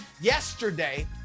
yesterday